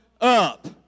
up